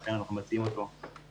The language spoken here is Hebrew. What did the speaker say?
לכן אנחנו מציעים גם כן.